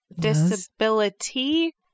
disability